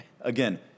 again